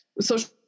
social